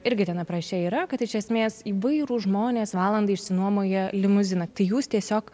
irgi ten apraše yra kad iš esmės įvairūs žmonės valandai išsinuomojo limuziną tai jūs tiesiog